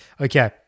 Okay